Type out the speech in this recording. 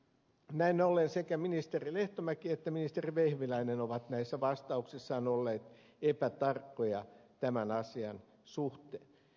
näin ollen sekä ministeri lehtomäki että ministeri vehviläinen ovat näissä vastauksissaan olleet epätarkkoja tämän asian suhteen